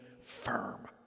firm